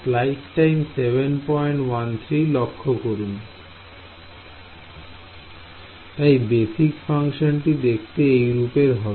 তাই বেসিক ফাংশনটি দেখতে এই রূপের হবে